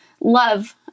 love